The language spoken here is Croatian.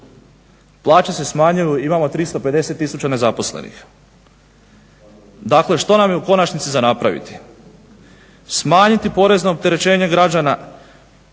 Plaće se smanjuju. Imamo 350000 nezaposlenih. Dakle što nam je u konačnici za napraviti? Smanjiti porezno opterećenje građana.